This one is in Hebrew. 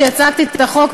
כשהצגתי את החוק,